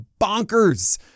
bonkers